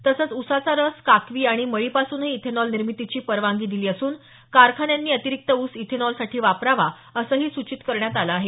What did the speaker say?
तसंच ऊसाचा रस काकवी आणि मळीपासूनही इथेनॉल निर्मितीची परवानगी दिली असून कारखान्यांनी अतिरिक्त ऊस इथेनॉलसाठी वापरावा असंही सूचित करण्यात आलं आहे